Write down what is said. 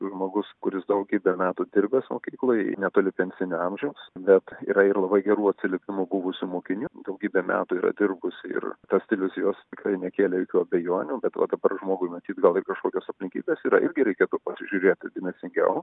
žmogus kuris daugybę metų dirbęs mokykloj netoli pensinio amžiaus net yra ir labai gerų atsiliepimų buvusių mokinių daugybę metų yra dirbusi ir tas stilius jos tikrai nekėlė jokių abejonių bet va dabar žmogui matyt gal ir kažkokios aplinkybės yra irgi reikėtų pažiūrėt dėmesingiau